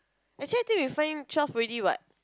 actually I think we find twelve already what